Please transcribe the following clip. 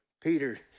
Peter